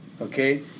okay